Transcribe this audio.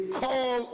call